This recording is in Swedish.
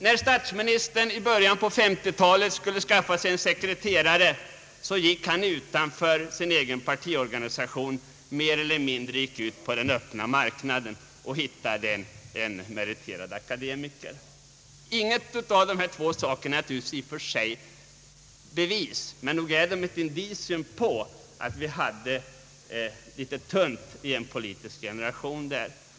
När statsministern i början på 1950-talet skulle skaffa sig en sekreterare, gick han utanför sin egen partiorganisation och sökte en person ute på den öppna marknaden och hittade en meriterad akademiker. Ingen av dessa två saker är naturligtvis bevis, men nog är de ett indicium på att det var litet tunnsått i den politiska generationen.